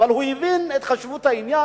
אבל הוא הבין את חשיבות העניין.